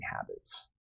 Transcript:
habits